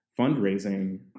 fundraising